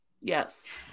Yes